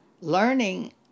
learning